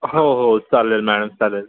हो हो चालेल मॅडम चालेल